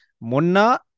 Munna